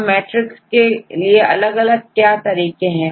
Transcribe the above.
अब मैट्रिक्स के लिए अलग अलग क्या तरीके हैं